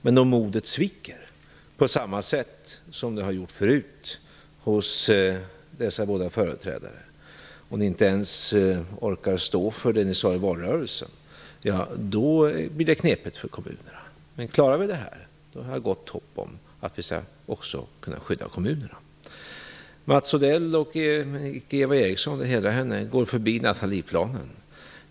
Men om modet sviker, på samma sätt som det gjort förut, hos båda dessa företrädare och ni inte ens orkar stå för det ni sade i valrörelsen, då blir det knepigt för kommunerna. Men klarar ni det här, har jag gott hopp om att vi också skall kunna skydda kommunerna. Mats Odell och även Eva Eriksson - det hedrar henne - går förbi Nathalieplanen.